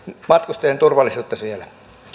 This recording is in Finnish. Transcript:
matkustajien turvallisuutta siellä